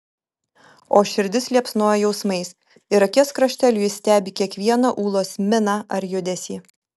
o širdis liepsnoja jausmais ir akies krašteliu jis stebi kiekvieną ūlos miną ar judesį